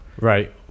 Right